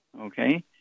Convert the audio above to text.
Okay